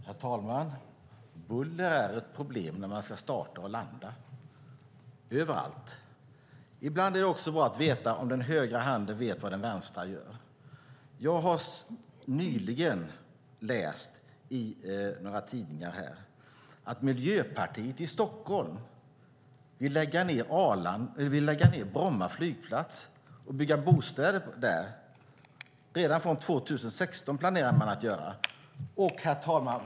Herr talman! Buller är ett problem när man ska starta och landa - överallt. Ibland är det också bra att veta om den högra handen vet vad den vänstra gör. Jag har nyligen läst i några tidningar att Miljöpartiet i Stockholm vill lägga ned Bromma flygplats och bygga bostäder där. Redan från 2016 planerar man att göra det. Herr talman!